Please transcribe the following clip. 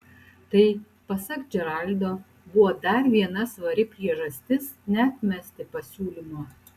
tai pasak džeraldo buvo dar viena svari priežastis neatmesti pasiūlymo